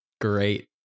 great